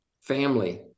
family